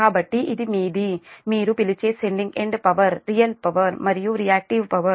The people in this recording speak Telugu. కాబట్టి ఇది మీది మీరు పిలిచే sending end power real power మరియు రియాక్టివ్ పవర్